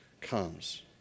comes